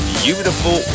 beautiful